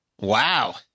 wow